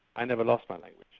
i never lost my language.